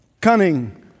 cunning